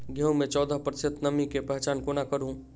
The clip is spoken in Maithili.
गेंहूँ मे चौदह प्रतिशत नमी केँ पहचान कोना करू?